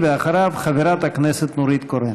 אחריו, חברת הכנסת נורית קורן.